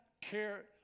care